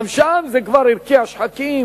גם שם זה כבר הרקיע שחקים,